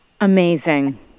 Amazing